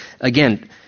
again